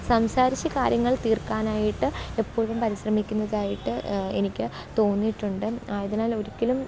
സംസാരിച്ച് കാര്യങ്ങള് തീര്ക്കാനായിട്ട് എപ്പോഴും പരിശ്രമിക്കുന്നതായിട്ട് എനിക്ക് തോന്നിയിട്ടുണ്ട് അതിനാൽ ഒരിക്കലും